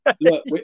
look